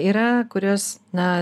yra kurios na